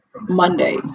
Monday